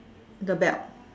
the belt